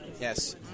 Yes